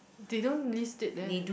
they don't list it leh